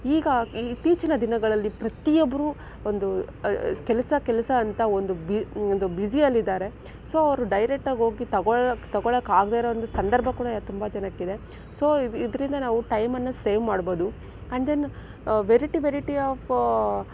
ಈಗ ಇತ್ತೀಚಿನ ದಿನಗಳಲ್ಲಿ ಪ್ರತಿಯೊಬ್ಬರೂ ಒಂದು ಕೆಲಸ ಕೆಲಸ ಅಂತ ಒಂದು ಒಂದು ಬ್ಯುಸಿಯಲ್ಲಿದ್ದಾರೆ ಸೊ ಅವರು ಡೈರೆಕ್ಟಾಗಿ ಹೋಗಿ ತಗೊಳ್ಳೊ ತಗೋಳ್ಳೋಕಾಗ್ದೇ ಇರೋ ಒಂದು ಸಂದರ್ಭ ಕೂಡ ತುಂಬ ಜನಕ್ಕಿದೆ ಸೊ ಇದರಿಂದ ನಾವು ಟೈಮನ್ನು ಸೇವ್ ಮಾಡ್ಬೋದು and then variety variety of